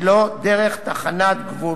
שלא דרך תחנת גבול,